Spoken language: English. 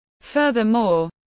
Furthermore